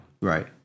Right